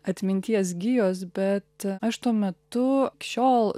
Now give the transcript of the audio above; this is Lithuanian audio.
atminties gijos bet aš tuo metu iki šiol